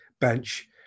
bench